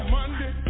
Monday